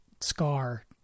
scar